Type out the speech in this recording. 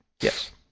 Yes